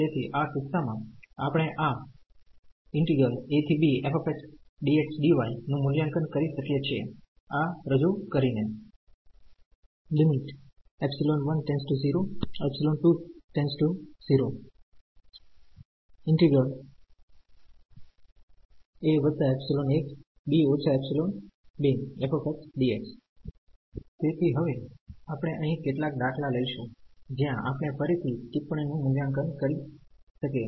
તેથી આ કિસ્સામાં આપણે આ નું મૂલ્યાંકન કરી શકીએ છીએ આ રજુ કરીને તેથી હવે આપણે અહીં કેટલાક દાખલા લઈશું જ્યાં આપણે ફરીથી ટિપ્પણીનું મૂલ્યાંકન કરી શકીએ